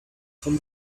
from